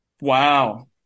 Wow